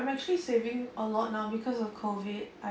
I'm actually saving a lot now because of COVID